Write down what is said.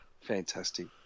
Fantastic